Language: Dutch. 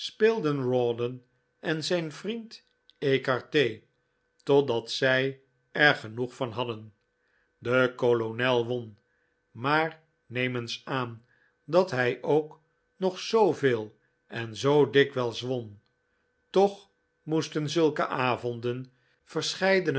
speelden rawdon en zijn vriend ecarte totdat zij er genoeg van hadden de kolonel won maar neem eens aan dat hij ook nog zoo veel en zoo dikwijls won toch moesten zulke avonden verscheidene